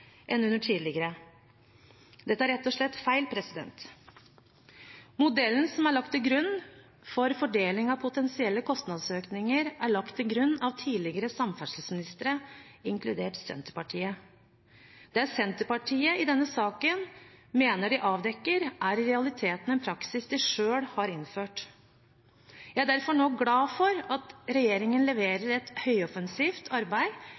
enn under tidligere prosjekter. Det er rett og slett feil. Modellen som er lagt til grunn for fordeling av potensielle kostnadsøkninger, er lagt til grunn av tidligere samferdselsministre, inkludert fra Senterpartiet. Det Senterpartiet i denne saken mener de avdekker, er i realiteten en praksis de selv har innført. Jeg er derfor glad for at regjeringen nå leverer et høyoffensivt arbeid